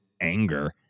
anger